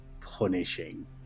punishing